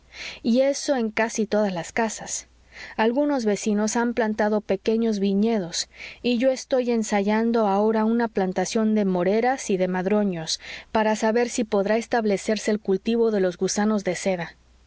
y eso en casi todas las casas algunos vecinos han plantado pequeños viñedos y yo estoy ensayando ahora una plantación de moreras y de madroños para saber si podrá establecerse el cultivo de los gusanos de seda